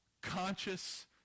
conscious